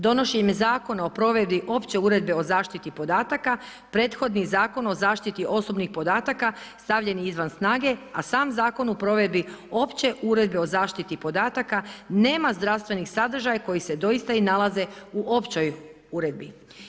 Donošen je zakonom o provedbi opće uredbe o zaštiti podataka, prihodni zakon o zaštiti osobnih podataka stavljen je izvan snage a sam zakon u provedbi opće uredbe o zaštiti podataka nema zdravstvenih sadržaja koji se doista i nalaze u općoj uredbi.